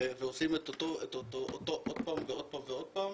ועושים אותו עוד פעם ועוד פעם ועוד פעם,